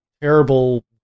terrible